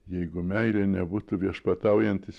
jeigu meilė nebūtų viešpataujantis